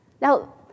Now